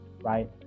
right